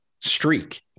streak